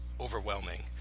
overwhelming